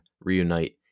reunite